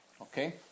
Okay